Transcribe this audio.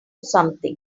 something